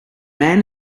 man